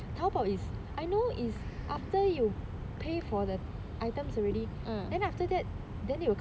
tao bao is I know is after you pay for the items already then after that then it will